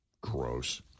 Gross